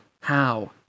How